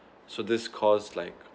so this caused like